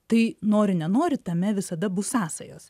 tai nori nenori tame visada bus sąsajos